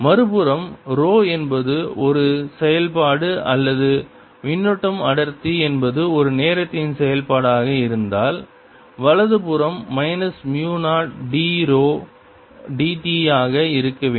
மறுபுறம் ரோ என்பது ஒரு செயல்பாடு அல்லது மின்னூட்டம் அடர்த்தி என்பது ஒரு நேரத்தின் செயல்பாடாக இருந்தால் வலது புறம் minus mu 0 d rho d t ஆக இருக்க வேண்டும்